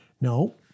No